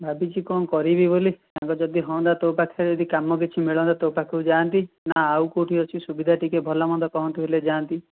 ଭାବିଛି କ'ଣ କରିବି ବୋଲି ସାଙ୍ଗ ଯଦି ହୁଅନ୍ତା ତୋ ପାଖରେ ଯଦି କାମ କିଛି ମିଳନ୍ତା ତୋ ପାଖକୁ ଯାଆନ୍ତି ନା ଆଉ କେଉଁଠି ଅଛି ସୁବିଧା ଟିକିଏ ଭଲ ମନ୍ଦ କୁହନ୍ତୁ ହେଲେ ଯାଆନ୍ତି